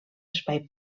espai